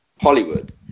hollywood